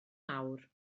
mawr